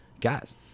guys